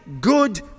good